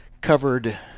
covered